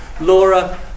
Laura